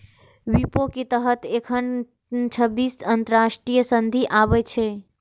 विपो के तहत एखन छब्बीस अंतरराष्ट्रीय संधि आबै छै